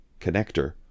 connector